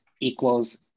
equals